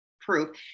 proof